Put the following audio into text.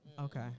Okay